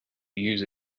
use